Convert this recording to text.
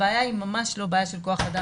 הבעיה היא ממש לא בעיה של כוח-אדם.